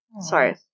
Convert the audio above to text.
Sorry